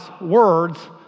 words